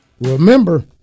Remember